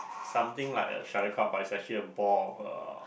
something like a shuttlecock but it's actually a ball uh